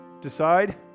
Decide